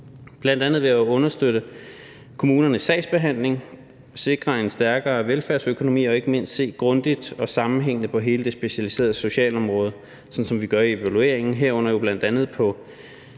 bl.a. ved at understøtte kommunernes sagsbehandling, sikre en stærkere velfærdsøkonomi og ikke mindst se grundigt og sammenhængende på hele det specialiserede socialområde, sådan som vi gør i evalueringen, herunder jo bl.a. på